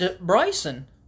Bryson